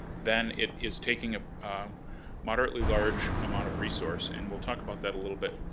then it is taking a moderate large amount of resource. and we'll talk about that a little bit,